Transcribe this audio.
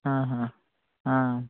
ఆహా